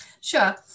sure